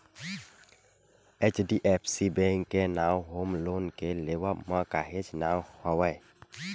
HDFC bank के नांव home loan के लेवब म काहेच नांव हवय